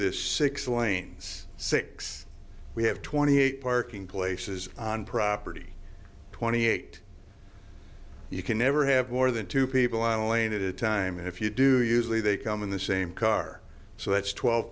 this six lanes six we have twenty eight parking places on property twenty eight you can never have more than two people on a lane at a time and if you do easily they come in the same car so that's twelve